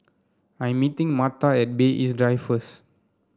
I am meeting Marta at Bay East Drive first